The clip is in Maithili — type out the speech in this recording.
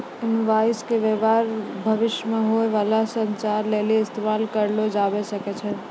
इनवॉइस के व्य्वहार भविष्य मे होय बाला संचार लेली इस्तेमाल करलो जाबै सकै छै